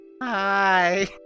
Hi